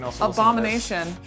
abomination